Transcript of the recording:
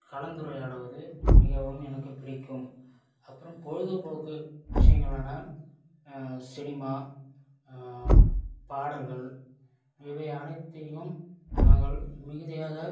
கலந்துரையாடுவது மிகவும் எனக்கு பிடிக்கும் அப்புறம் பொழுதுபோக்கு விஷயங்களான சினிமா பாடல்கள் இவை அனைத்தையும் நாங்கள் மிகுதியாக